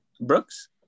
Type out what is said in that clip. Brooks